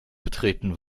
betreten